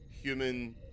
human